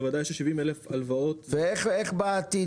בוודאי ש-70,000 הלוואות --- ואיך בעתיד,